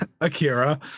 Akira